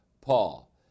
Paul